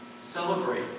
Celebrate